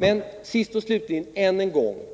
Till sist vill jag än en gång säga att